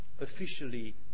officially